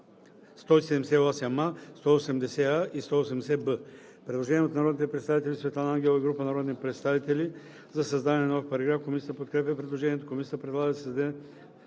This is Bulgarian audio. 178а, 180а и 180б“. Предложение от народния представител Светлана Ангелова и група народни представители за създаване на нов параграф. Комисията подкрепя предложението. Комисията предлага да се създаде